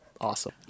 awesome